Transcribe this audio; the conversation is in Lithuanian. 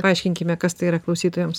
paaiškinkime kas tai yra klausytojams